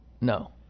No